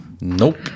nope